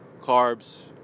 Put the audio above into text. carbs